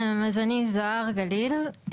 אני זהר גליל,